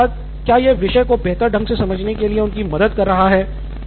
और साथ ही साथ क्या यह विषय को बेहतर ढंग से समझने के लिए उनकी मदद कर रहा है